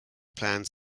plans